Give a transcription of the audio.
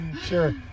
sure